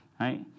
right